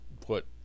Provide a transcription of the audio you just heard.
put